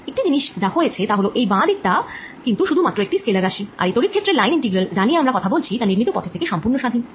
একটি জিনিষ যা হয়েছে তা হল এই বাঁ দিক টা কিন্তু শুধু মাত্র একটি স্কেলার রাশি আর এই তড়িৎ ক্ষেত্রের লাইন ইন্টিগ্রাল যা নিয়ে আমরা কথা বলছি তা নির্ণীত পথের থেকে সম্পূর্ণ স্বাধীন